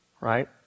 Right